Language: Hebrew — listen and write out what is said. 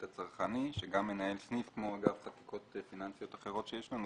הצרכני שגם מנהל סניף כמו חקיקות פיננסיות אחרות שיש לנו,